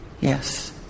Yes